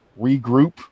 regroup